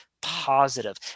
positive